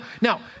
now